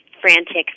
frantic